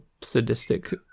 sadistic